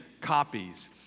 copies